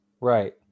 right